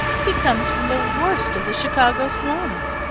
he comes from the worst of the chicago slums.